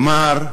כלומר,